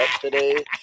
today